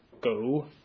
go